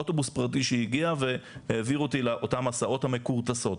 אוטובוס פרטי שהגיע והעביר אותי לאותן הסעות מכורטסות.